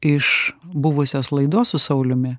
iš buvusios laidos su sauliumi